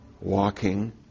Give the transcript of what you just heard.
walking